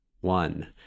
One